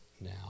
now